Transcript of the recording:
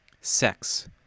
Sex